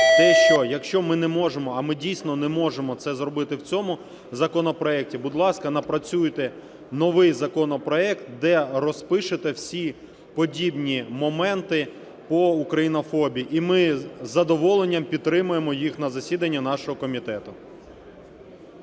те, що якщо ми не можемо, а ми дійсно не можемо це зробити в цьому законопроекті, будь ласка, напрацюйте новий законопроект, де розпишете всі подібні моменти по українофобії. І ми з задоволенням підтримаємо їх на засіданні нашого комітету.